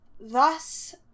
thus